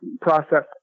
process